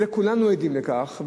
כולנו עדים לכך,